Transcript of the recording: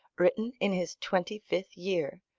written in his twenty-fifth year,